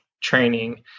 training